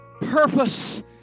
purpose